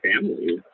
family